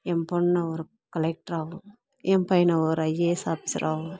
என் பொண்ணை ஒரு கலெக்ட்ராவும் என் பையனை ஒரு ஐஏஎஸ் ஆஃபீஸராகவும்